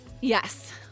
Yes